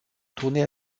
tourné